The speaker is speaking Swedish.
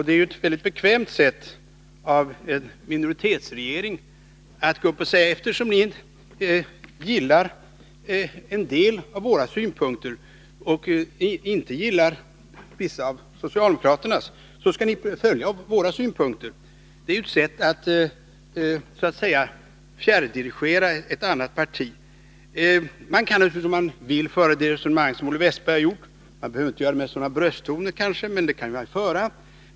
Det är ett väldigt bekvämt sätt av en minoritetsregering att säga att vi moderater, eftersom vi inte gillar en del av regeringens synpunkter och inte gillar vissa av socialdemokraternas, skall följa regeringens synpunkter. Det är ett sätt att så att säga fjärrdirigera ett annat parti. Om man vill kan man naturligtvis föra det resonemang som Olle Wästberg har fört. Man behöver kanske inte göra det med sådana brösttoner.